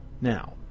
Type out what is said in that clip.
Now